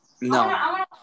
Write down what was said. No